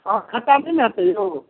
आम खट्टा नहि ने हेतै यौ